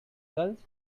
gulls